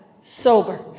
sober